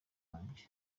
wanjye